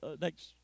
next